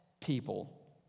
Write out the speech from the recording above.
people